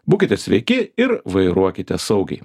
būkite sveiki ir vairuokite saugiai